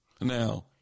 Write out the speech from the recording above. Now